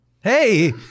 Hey